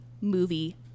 movie